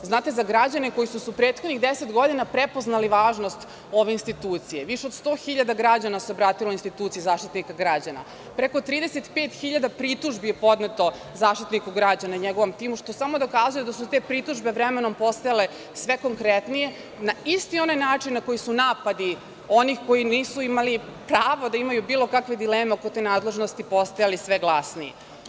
Znate, za građane koji su u prethodnih 10 godina prepoznali važnost ove institucije, jer se više od 100 hiljada građana obratilo instituciji Zaštitnika građana, preko 35 hiljada pritužbi je podneto Zaštitniku građana i njegovom timu, što samo dokazuje da su te pritužbe vremenom postajale sve konkretnije, na isti onaj način na koji su napadi onih koji nisu imali pravo da imaju bilo kakve dileme oko te nadležnosti postajali sve glasniji.